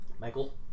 Michael